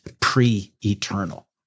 pre-eternal